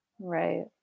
Right